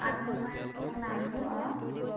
আত্মসহায়ক গোটৰ নামবোৰ অঁ